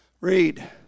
Read